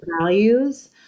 values